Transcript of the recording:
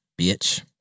bitch